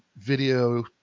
video